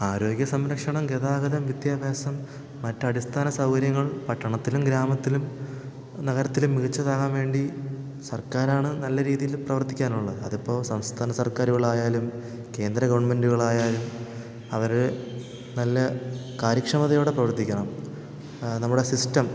ആരോഗ്യസംരക്ഷണം ഗതാഗതം വിദ്യാഭ്യാസം മറ്റടിസ്ഥാന സൗകര്യങ്ങൾ പട്ടണത്തിലും ഗ്രാമത്തിലും നഗരത്തിലും മികച്ചതാകാൻ വേണ്ടി സർക്കാരാണ് നല്ല രീതിയിൽ പ്രവർത്തിക്കാനുള്ളത് അതിപ്പോള് സംസ്ഥാന സർക്കാരുകളായാലും കേന്ദ്ര ഗവണ്മെൻറ്റുകളായാലും അവര് നല്ല കാര്യക്ഷമതയോടെ പ്രവർത്തിക്കണം നമ്മുടെ സിസ്റ്റം